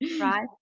Right